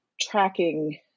tracking